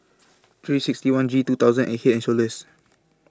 three sixty one G two thousand and Head and Shoulders